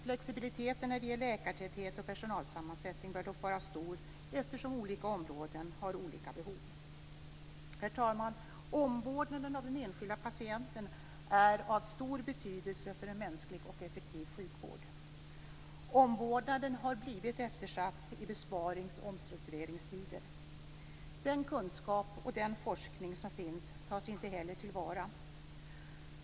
Flexibiliteten när det gäller läkartäthet och personalsammansättning bör dock vara lika stor, eftersom olika områden har olika behov. Herr talman! Omvårdnaden av den enskilda patienten är av stor betydelse för en mänsklig och effektiv sjukvård. Omvårdnaden har blivit eftersatt i besparings och omstruktureringstider. Den kunskap och den forskning som finns tas inte heller till vara.